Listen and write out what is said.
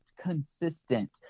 consistent